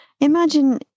imagine